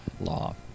law